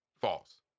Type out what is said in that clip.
false